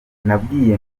nabwiye